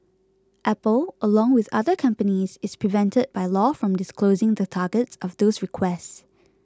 apple along with other companies is prevented by law from disclosing the targets of those requests